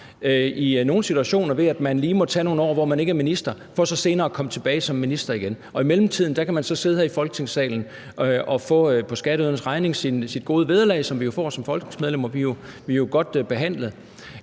i nogle situationer, ved at man lige må tage nogle år, hvor man ikke er minister, for så senere at komme tilbage som minister igen, og i mellemtiden kan man så sidde her i Folketingssalen og på skatteydernes regning få sit gode vederlag, som vi jo får som folketingsmedlemmer, for vi bliver behandlet